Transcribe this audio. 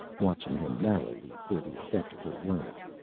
watching him narrowly for the effect of her words.